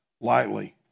lightly